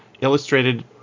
illustrated